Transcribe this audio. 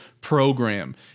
program